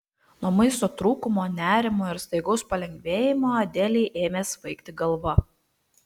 nuo maisto trūkumo nerimo ir staigaus palengvėjimo adelei ėmė svaigti galva